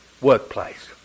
workplace